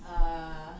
err